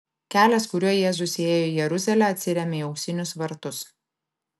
kelias kuriuo jėzus įėjo į jeruzalę atsiremia į auksinius vartus